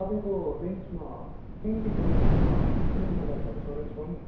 तपाईँको रेन्जमा टेन केको रेन्जमा कुनै मोबाइल्जहरू सजेस्ट गर्नु न